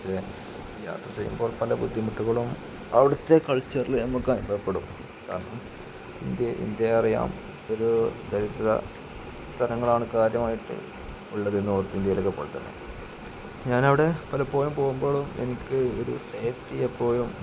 ചെയ്യാൻ യാത്ര ചെയ്യുമ്പോൾ പല ബുദ്ധിമുട്ടുകളും അവിടുത്തെ കൾച്ചറില് നമുക്കനുഭവപ്പെടും കാരണം ഇന്ത്യ അറിയാം ഒരു ദരിദ്ര സ്ഥലങ്ങളാണ് കാര്യമായിട്ട് ഉള്ളത് നോർത്തിന്ത്യേലൊക്കെ പോലെതന്നെ ഞാനവിടെ പലപ്പോഴും പോകുമ്പോഴും എനിക്ക് ഒരു സേഫ്റ്റിയെപ്പോഴും